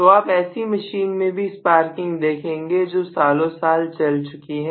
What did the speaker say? तो आप ऐसी मशीन में भी स्पार्किंग देखेंगे जो सालों साल चल चुकी है